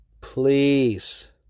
Please